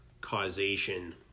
causation